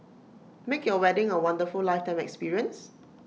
make your wedding A wonderful lifetime experience